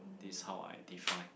this is how I define